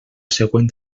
següent